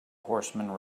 horseman